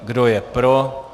Kdo je pro?